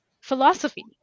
philosophy